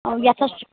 یَتھ حظ چھِ